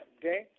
Okay